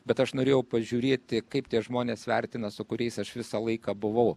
bet aš norėjau pažiūrėti kaip tie žmonės vertina su kuriais aš visą laiką buvau